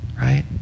right